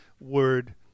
Word